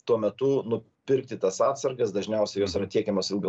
tuo metu nupirkti tas atsargas dažniausiai jos yra tiekiamos ilgą